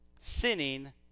Sinning